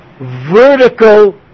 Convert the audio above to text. vertical